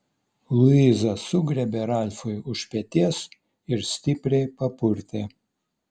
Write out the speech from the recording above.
luiza sugriebė ralfui už peties ir stipriai papurtė